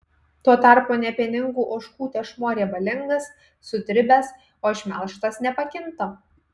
tuo tarpu nepieningų ožkų tešmuo riebalingas sudribęs o išmelžtas nepakinta